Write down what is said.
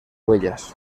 huellas